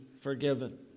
forgiven